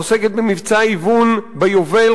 העוסקת במבצע היוון ביובל,